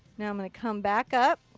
now i'm going to come back up.